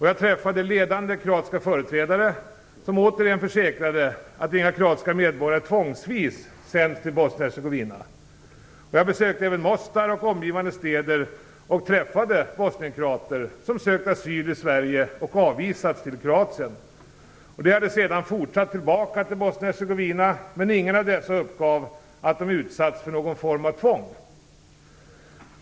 Jag träffade ledande kroatiska företrädare som återigen försäkrade att inga kroatiska medborgare tvångsvis sänds till Bosnien-Hercegovina. Jag besökte även Mostar och omgivande städer och träffade bosnienkroater som sökt asyl i Sverige och avvisats till Kroatien. De hade sedan fortsatt tillbaka till Bosnien Hercegovina, men ingen av dessa uppgav att de utsatts för någon form av tvång.